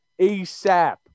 ASAP